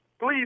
Please